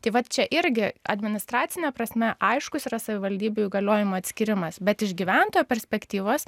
tai vat čia irgi administracine prasme aiškus yra savivaldybių įgaliojimų atskyrimas bet iš gyventojo perspektyvos